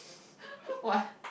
what